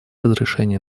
разрешение